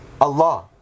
Allah